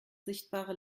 sichtbare